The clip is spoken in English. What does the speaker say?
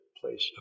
place